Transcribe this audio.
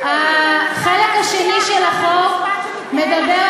על השופטים במדינת ישראל,